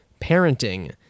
parenting